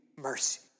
mercy